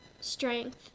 strength